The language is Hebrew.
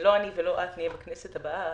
לא אני ולא את נהיה בכנסת הבאה,